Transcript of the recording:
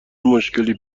مشکلی